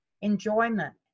Enjoyment